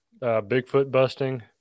Bigfoot-busting